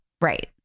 Right